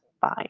fine